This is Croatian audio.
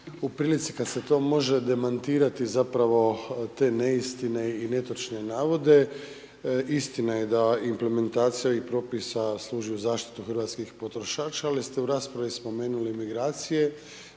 u prilici kad se to može demantirati zapravo te neistine i netočne navode. Istina je da implementacija i propisa služi u zaštitu hrvatskih potrošača, ali ste u raspravi spomenuli migracije,